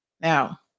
Now